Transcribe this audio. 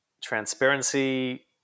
Transparency